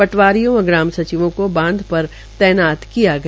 पटवारियों व ग्राम सचिवों को बांध पर तैनात किया गया